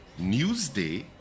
Newsday